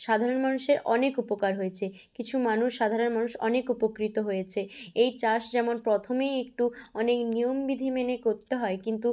সাধারণ মানুষের অনেক উপকার হয়েছে কিছু মানুষ সাধারণ মানুষ অনেক উপকৃত হয়েছে এই চাষ যেমন প্রথমেই একটু অনেক নিয়ম বিধি মেনে করতে হয় কিন্তু